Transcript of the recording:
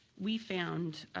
we found